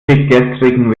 ewiggestrigen